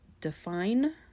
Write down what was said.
define